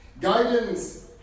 guidance